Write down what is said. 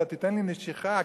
אתה תיתן לי נשיכה,